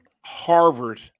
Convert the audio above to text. Harvard